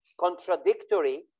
contradictory